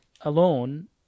alone